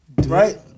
right